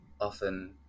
often